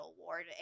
award